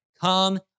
come